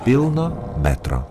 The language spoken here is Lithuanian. pilno metro